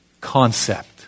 concept